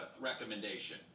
recommendation